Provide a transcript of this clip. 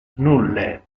nulle